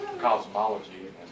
Cosmology